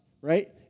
right